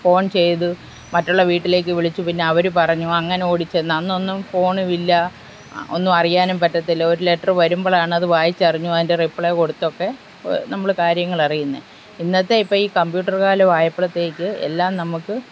phone ചെയ്ത് മറ്റുള്ള വീട്ടിലേക്ക് വിളിച്ചു പിന്നെ അവർ പറഞ്ഞു അങ്ങനെ ഓടിച്ചെന്ന് അന്നൊന്നും ഫോണുമില്ല ഒന്നും അറിയാനും പറ്റത്തില്ല ഒരു ലെറ്ററ് വരുമ്പോഴാണത് വായിച്ചറിഞ്ഞും അതിൻ്റെ റീപ്ലേ കൊടുത്തുമൊക്കെ നമ്മൾ കാര്യങ്ങളറിയുന്നത് ഇന്നത്തെ ഇപ്പം ഈ കമ്പ്യൂട്ടർ കാലമായപ്പോഴത്തേക്ക് എല്ലാം നമുക്ക്